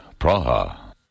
Praha